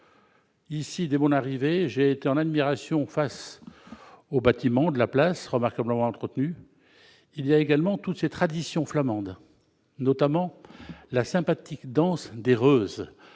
Ici, dès mon arrivée, j'ai été en admiration face aux bâtiments de la place, remarquablement bien entretenus. Il y a également toutes ces traditions flamandes, notamment la sympathique danse des Reuze-